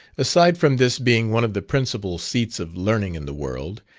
aside from this being one of the principal seats of learning in the world,